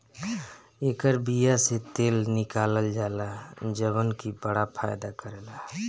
एकर बिया से तेल निकालल जाला जवन की बड़ा फायदा करेला